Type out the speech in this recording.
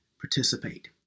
participate